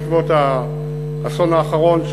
בעקבות האסון האחרון,